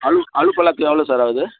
ஆலு ஆலு பல்லாக்கு எவ்வளோ சார் ஆகுது